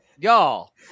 Y'all